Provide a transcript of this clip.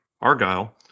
Argyle